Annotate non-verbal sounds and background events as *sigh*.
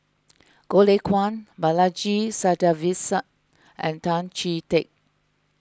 Goh Lay Kuan Balaji *unintelligible* and Tan Chee Teck